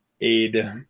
aid